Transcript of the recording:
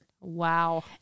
Wow